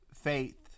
faith